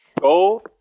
Go